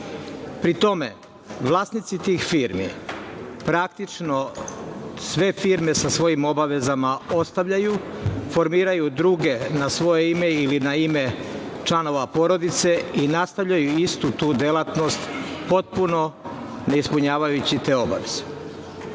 Pri tome, vlasnici tih firmi, praktično sve firme sa svojim obavezama ostavljaju, formiraju druge na svoje ime ili na ime članova porodice i nastavljaju istu tu delatnost potpuno ne ispunjavajući te obaveze.